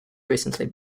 recently